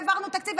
העברנו תקציב.